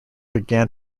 began